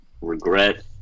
regret